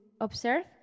observe